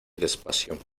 despacio